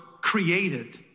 created